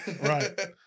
right